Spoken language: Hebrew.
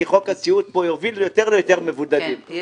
כי חוק הסיעוד פה יוביל ליותר ויותר מבודדים.